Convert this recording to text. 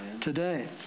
today